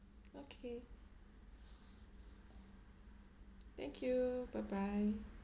okay thank you bye bye